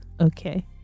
okay